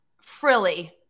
frilly